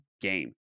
game